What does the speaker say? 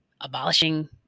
abolishing